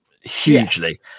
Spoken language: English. hugely